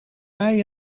mij